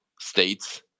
states